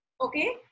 Okay